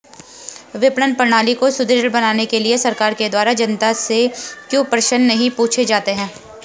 विपणन प्रणाली को सुदृढ़ बनाने के लिए सरकार के द्वारा जनता से क्यों प्रश्न नहीं पूछे जाते हैं?